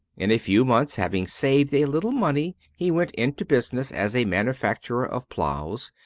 in a few months, having saved a little money, he went into business as a manufacturer of ploughs,